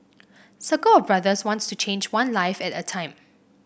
circle of Brothers wants to change one life at a time